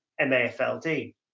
MAFLD